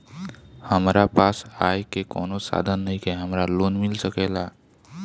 हमरा पास आय के कवनो साधन नईखे हमरा लोन मिल सकेला?